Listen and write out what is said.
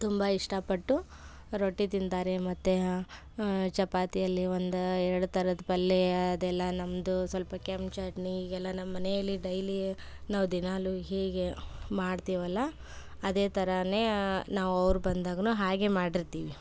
ತುಂಬ ಇಷ್ಟಪಟ್ಟು ರೊಟ್ಟಿ ತಿಂತಾರೆ ಮತ್ತು ಚಪಾತಿಯಲ್ಲಿ ಒಂದು ಎರಡು ಥರದ ಪಲ್ಯ ಅದೆಲ್ಲ ನಮ್ಮದು ಸ್ವಲ್ಪ ಕೆಂಪು ಚಟ್ನಿ ಹೀಗೆಲ್ಲ ನಮ್ಮ ಮನೆಯಲ್ಲಿ ಡೈಲಿ ನಾವು ದಿನಾಲು ಹೀಗೆ ಮಾಡ್ತೀವಲ್ವ ಅದೇ ಥರವೇ ನಾವು ಅವ್ರು ಬಂದಾಗ್ಲೂ ಹಾಗೇ ಮಾಡಿರ್ತೀವಿ